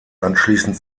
anschließend